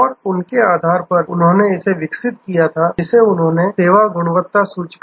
और उसके आधार पर उन्होंने इसे विकसित किया जिसे उन्होंने सेवा गुणवत्ता सूचकांक कहा